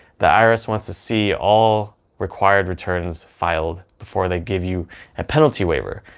the irs wants to see all required returns filed before they give you a penalty waiver.